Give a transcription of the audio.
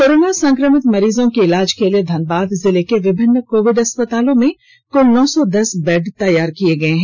corona संक्रमित मरीजों के इलाज के लिए धनबाद जिले के विभिन्न कोविड अस्पतालों में कुल नौ सौ दस बेड तैयार किए गए हैं